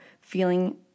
feeling